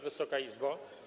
Wysoka Izbo!